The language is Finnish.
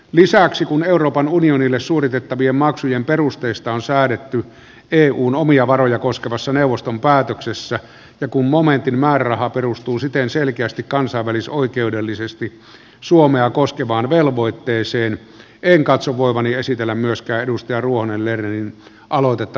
lisäksi kun euroopan unionille suoritettavien maksujen perusteista on säädetty eun omia varoja koskevassa neuvoston päätöksessä ja kun momentin määräraha perustuu siten selvästi kansainvälisoikeudellisesti suomea koskevaan velvoitteeseen en katso voivani esitellä myöskään edustaja ruohonen lernerin aloitetta